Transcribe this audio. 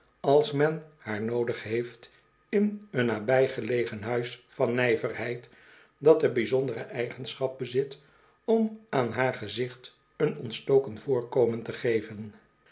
als men haar noodig heeft in een nabijgelegen huis van nijverheid dat de bijzondere eigenschap bezit om aan haar gezicht een ontstoken voorkomen te geven